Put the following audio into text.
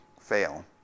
fail